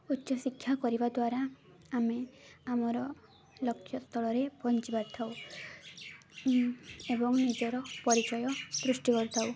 ଉଚ୍ଚ ଶିକ୍ଷା କରିବା ଦ୍ୱାରା ଆମେ ଆମର ଲକ୍ଷ୍ୟ ସ୍ଥଳରେ ପହଁଞ୍ଚି ପାରିଥାଉ ଏବଂ ନିଜର ପରିଚୟ ସୃଷ୍ଟି କରିଥାଉ